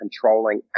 controlling